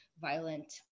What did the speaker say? violent